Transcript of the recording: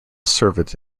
servant